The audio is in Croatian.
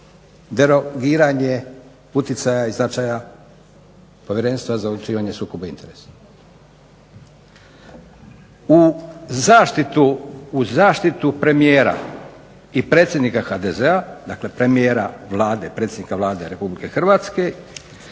derogiranje utjecaja i značaja Povjerenstva za odlučivanje o sukobu interesa. U zaštitu premijera i predsjednika HDZ-a, dakle premijera Vlade, predsjednika Vlade Republike Hrvatske